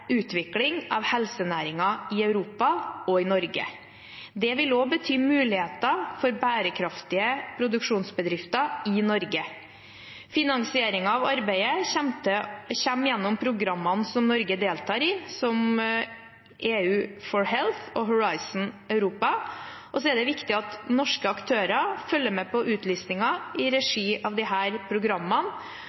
utvikling av helsenæringen i Europa og i Norge. Det vil også bety muligheter for bærekraftige produksjonsbedrifter i Norge. Finansieringen av arbeidet kommer gjennom programmene som Norge deltar i, som EU4Health og Horisont Europa. Det er viktig at norske aktører følger med på utlysninger i regi av disse programmene. Her